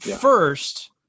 First